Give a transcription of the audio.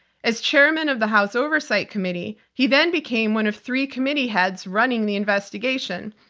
as chairman of the house oversight committee. he then became one of three committee heads running the investigation.